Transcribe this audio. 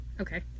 okay